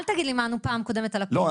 אל תגיד לי מה ענו פעם קודמת על ה-PIMS.